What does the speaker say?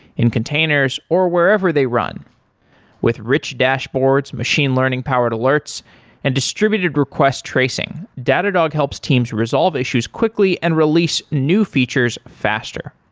in containers, or wherever they run with rich dashboards, machine learning-powered alerts and distributed request tracing, datadog helps teams resolve issues quickly and release new features faster.